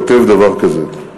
כותב דבר כזה,